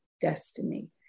destiny